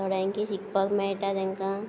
थोड्यांकी शिकपाक मेळटा तेंकां